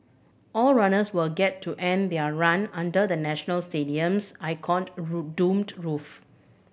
all runners will get to end their run under the National Stadium's domed roof